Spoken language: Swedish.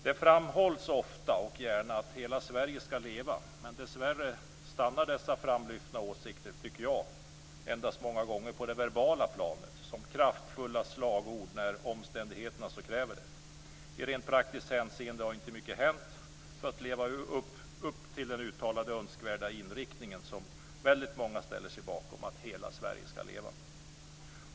Det framhålls ofta och gärna att hela Sverige ska leva, men dessvärre stannar dessa framlyfta åsikter, tycker jag, många gånger på det verbala planet som kraftfulla slagord när omständigheterna kräver det. I rent praktiskt hänseende har inte mycket hänt för att leva upp till den uttalade önskvärda inriktning som väldigt många ställer sig bakom, att hela Sverige ska leva.